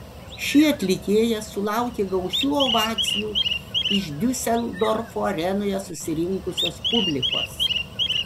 ši atlikėja sulaukė gausių ovacijų iš diuseldorfo arenoje susirinkusios publikos